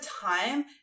time